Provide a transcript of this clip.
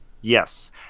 Yes